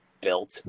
built